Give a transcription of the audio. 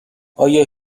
آیا